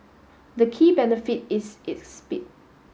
the key benefit is its speed